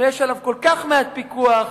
שיש עליו כל כך מעט פיקוח,